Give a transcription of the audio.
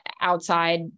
outside